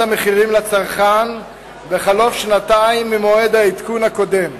המחירים לצרכן בחלוף שנתיים ממועד העדכון הקודם,